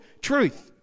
truth